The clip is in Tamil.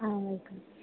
ஆ வெல்கம்